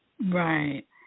Right